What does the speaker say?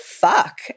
fuck